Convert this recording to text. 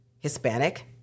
Hispanic